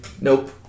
Nope